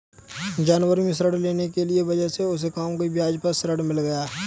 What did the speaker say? जनवरी में ऋण लेने की वजह से उसे कम ब्याज पर ऋण मिल गया